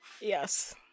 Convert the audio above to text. yes